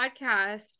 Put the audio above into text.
podcast